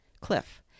cliff